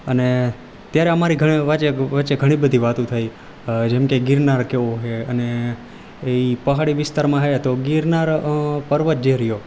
અને ત્યારે અમારી ઘણી વચ્ચે ઘણીબધી વાતું થઈ જેમકે ગિરનાર કેવો હે અને એ પહાડી વિસ્તારમાં છે તો ગિરનાર પર્વત જે રહ્યો